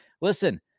Listen